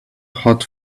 hot